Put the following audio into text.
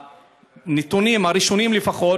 הנתונים הראשונים לפחות,